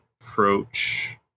approach